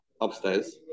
upstairs